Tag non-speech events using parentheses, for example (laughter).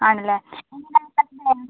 ആണല്ലെ (unintelligible) പേരാണോ